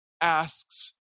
asks